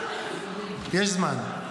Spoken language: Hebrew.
יש זמן.